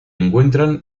encuentran